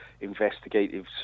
investigative